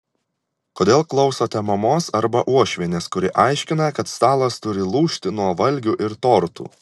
kodėl klausote mamos arba uošvienės kuri aiškina kad stalas turi lūžti nuo valgių ir tortų